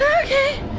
okay!